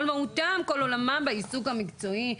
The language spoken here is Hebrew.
כל מהותם ועולמם, בעיסוק המקצועי,